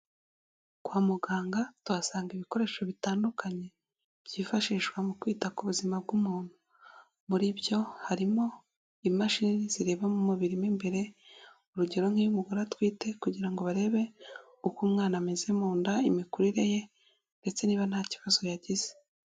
Kwa muganga tuhasanga ibikoresho bitandukanye byifashishwa mu kwita ku buzima bw'umuntu, muri byo harimo imashini zireba mu mubiri mo imbere urugero nk'iyo umugore atwite kugira ngo barebe uko umwana ameze mu nda, imikurire ye ndetse niba nta kibazo yagize.